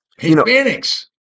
Hispanics